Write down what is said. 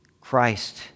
Christ